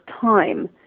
time